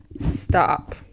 stop